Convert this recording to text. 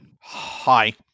Hi